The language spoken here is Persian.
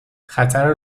خطر